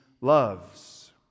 loves